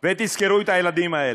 ותזכרו את הילדים האלה.